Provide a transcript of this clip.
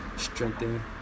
strengthen